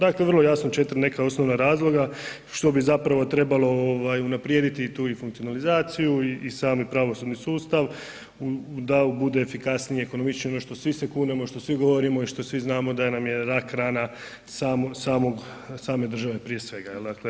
Dakle vrlo jasno četiri neka osnovna razloga što bi zapravo trebalo unaprijediti i tu i funkcionalizaciju i sami pravosudni sustav da bude efikasnije i ekonomičnije ono što svi se kunemo, što svi govorimo i što svi znamo da nam je rak rana same države prije svega.